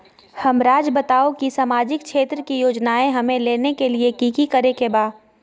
हमराज़ बताओ कि सामाजिक क्षेत्र की योजनाएं हमें लेने के लिए कि कि करे के बा?